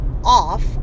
Off